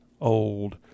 Old